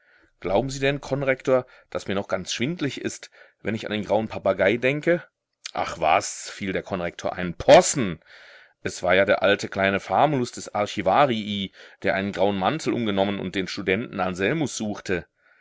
glauben sie denn konrektor daß mir noch ganz schwindlig ist wenn ich an den grauen papagei denke ach was fiel der konrektor ein possen es war ja der alte kleine famulus des archivarii der einen grauen mantel umgenommen und den studenten anselmus suchte